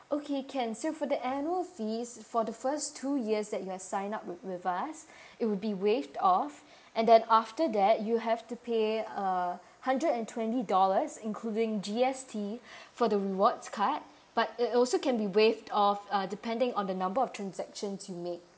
okay can so for the annual fees for the first two years that you've sign up with with us it would be waived off and then after that you have to pay uh hundred and twenty dollars including G_S_T for the rewards card but it also can be waived off uh depending on the number of transaction you made